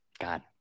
god